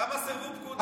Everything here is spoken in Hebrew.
כמה סירבו פקודה,